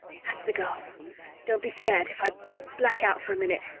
that's the girl don't be scared if i black out for a minute.